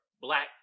black